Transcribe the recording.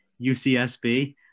UCSB